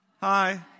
Hi